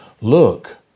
Look